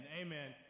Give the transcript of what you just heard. amen